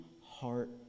heart